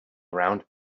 around